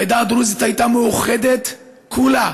העדה הדרוזית הייתה מאוחדת כולה